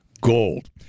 gold